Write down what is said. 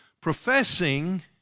professing